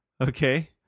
Okay